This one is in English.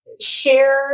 share